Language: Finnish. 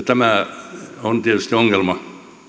tämä on tietysti ongelma